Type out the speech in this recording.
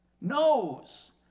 knows